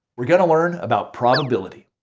we're gonna learn about probability.